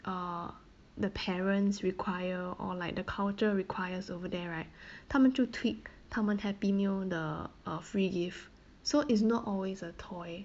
uh the parents require or like the culture requires over there right 它们就 tweak 它们 happy meal 的 free gift so it's not always a toy